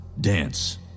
dance